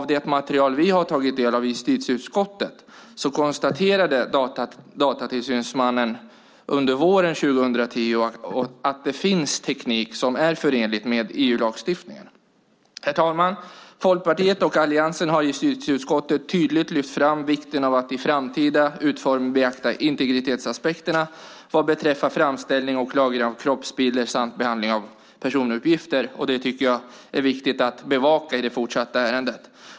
Av det material vi har tagit del av i justitieutskottet konstaterade datatillsynsmannen under våren 2010 att det finns teknik som är förenlig med EU-lagstiftningen. Herr talman! Folkpartiet och Alliansen har i justitieutskottet tydligt lyft fram vikten av att i framtida utformning beakta integritetsaspekterna vad beträffar framställning och lagring av kroppsbilder samt behandling av personuppgifter, och det tycker jag är viktigt att bevaka i det fortsatta ärendet.